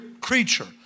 creature